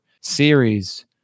series